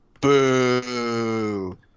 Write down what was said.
Boo